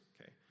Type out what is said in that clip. okay